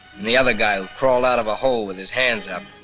the other guy who crawled out of a hole with his hands up,